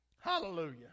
Hallelujah